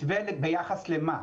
מתווה ביחס למה?